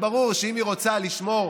ברור שאם היא רוצה לשמור,